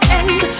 end